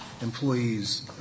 employees